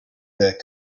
their